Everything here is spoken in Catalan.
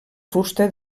fusta